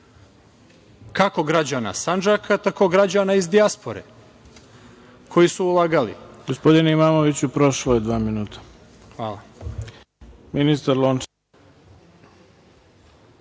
kako građana Sandžaka, tako građana iz dijaspore koji su ulagali.